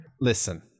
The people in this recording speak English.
listen